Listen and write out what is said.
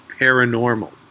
paranormal